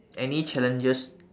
any challenges